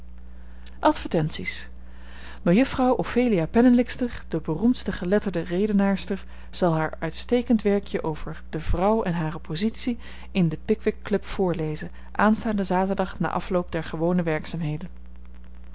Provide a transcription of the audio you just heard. advertenties mejuffrouw ophelia pennelikster de beroemdste geletterde redenaarster zal haar uitstekend werkje over de vrouw en hare positie in de pickwick club voorlezen aanstaanden zaterdag na afloop der gewone werkzaamheden